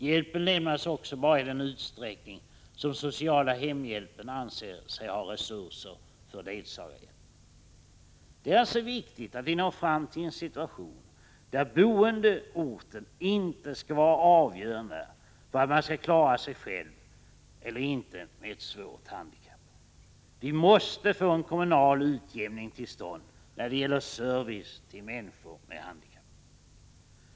Hjälpen lämnas också bara i den utsträckning som sociala hemhjälpen anser sig ha resurser för ledsagarhjälp. Det är alltså viktigt att vi når fram till en situation där boendeorten inte skall vara avgörande för att man skall klara sig själv eller inte med ett svårt handikapp. Vi måste få en kommunal utjämning till stånd när det gäller service till människor med handikapp.